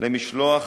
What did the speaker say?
למשלוח